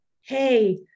hey